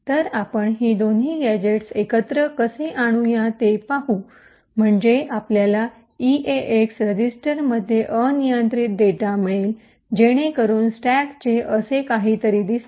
तर आपण ही दोन्ही गॅझेट्स एकत्र कसे आणूया ते पाहू या म्हणजे आपल्याला ईएएक्स रजिस्टरमध्ये अनियंत्रित डेटा मिळेल जेणेकरून स्टॅकचे असे काहीतरी दिसते